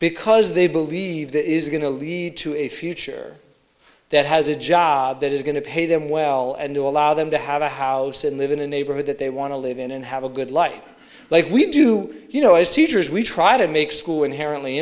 because they believe that is going to lead to a future that has a job that is going to pay them well and to allow them to have a house and live in a neighborhood that they want to live in and have a good life like we do you know as teachers we try to make school inherently